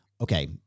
Okay